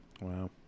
Wow